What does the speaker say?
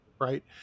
right